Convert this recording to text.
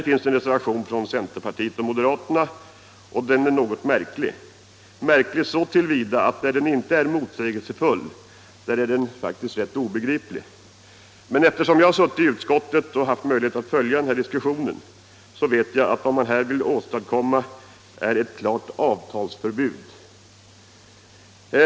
Denna reservation från centern och moderaterna är något märklig — så till vida att där den inte är motsägelsefull är den faktiskt rätt obegriplig. Eftersom jag har suttit i utskottet och haft möjlighet att följa diskussionen vet jag att det man här vill åstadkomma är ett klart avtalsförbud.